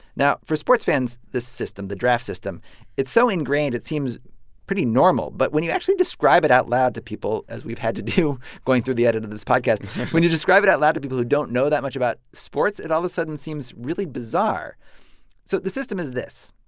now for sports fans, this system the draft system it's so ingrained, it seems pretty normal. but when you actually describe it out loud to people, as we've had to do going through the edit of this podcast when you describe it out loud to people who don't know that much about sports, it all of a sudden seems really bizarre so the system is this.